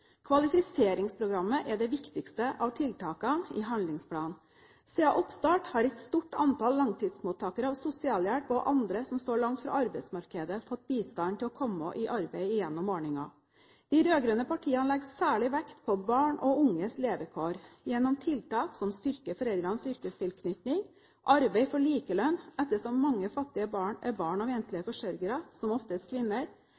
Kvalifiseringsprogrammet er det viktigste av tiltakene i handlingsplanen. Siden oppstart har et stort antall langtidsmottakere av sosialhjelp og andre som står langt fra arbeidsmarkedet, fått bistand til å komme i arbeid gjennom ordningen. De rød-grønne partiene legger særlig vekt på barn og unges levekår gjennom tiltak som styrker foreldrenes yrkestilknytning, arbeid for likelønn – ettersom mange fattige barn er barn av enslige forsørgere, som oftest kvinner